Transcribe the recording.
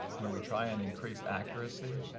where we try and increase accuracy.